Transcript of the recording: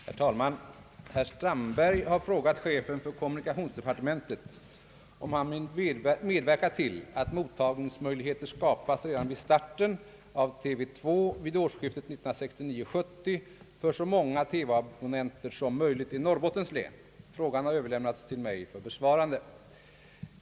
Herr talman! Herr Strandberg har frågat chefen för kommunikationsdepartementet om han vill medverka till att mottagningsmöjligheter skapas redan vid starten av TV 2 vid årsskiftet 1969/70 för så många TV-abonnenter som möjligt i Norrbottens län. Frågan har överlämnats till mig för besvarande.